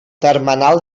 termenal